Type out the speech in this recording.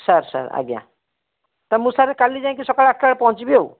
sir sir ଆଜ୍ଞା ତ ମୁଁ ସାର୍ କାଲି ଯାଇକି ସକାଳ ଆଠଟା ବେଳେ ପହଁଞ୍ଚିବି ଆଉ